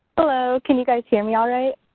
hello can you guys hear me all right?